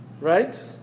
right